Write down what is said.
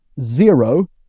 zero